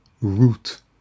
root